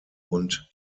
und